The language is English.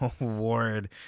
award